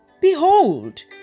Behold